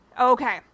okay